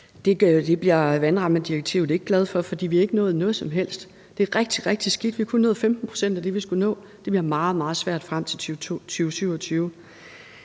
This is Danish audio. Det bliver vandrammedirektivet ikke glad for, for vi har ikke nået noget som helst. Det er rigtig, rigtig skidt, vi har kun nået 15 pct. af det, vi skulle nå, så det bliver meget, meget svært frem til 2027.